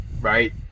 right